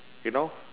you know